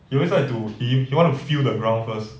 he always like to feel he want to feel the ground first